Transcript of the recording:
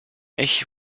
ich